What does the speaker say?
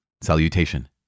Salutation